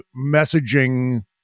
messaging